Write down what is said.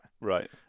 right